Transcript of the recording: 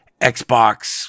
Xbox